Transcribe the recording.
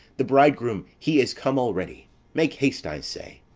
the bridegroom he is come already make haste, i say.